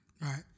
right